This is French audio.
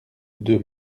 deux